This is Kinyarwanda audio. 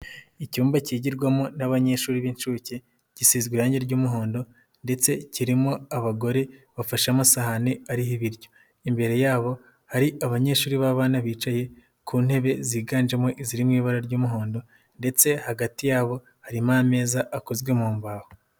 Icyumba kigirwamo n'abanyeshuri b'inshuke gisizwe irange ry'umuhondo, ndetse kirimo abagore bafashe amasahani ariho ibiryo. Imbere yabo hari abanyeshuri b'abana bicaye ku ntebe ziganjemo iziri mu ibara ry'umuhondo, ndetse hagati yabo harimo ameza akozwe mu mbaho.